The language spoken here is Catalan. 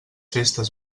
festes